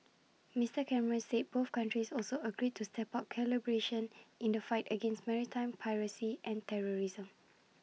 Mister Cameron said both countries also agreed to step up collaboration in the fight against maritime piracy and terrorism